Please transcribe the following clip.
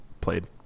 played